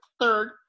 third